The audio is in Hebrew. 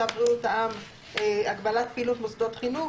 צו בריאות העם (הגבלת פעילות מוסדות חינוך).